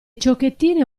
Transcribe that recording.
ciocchettine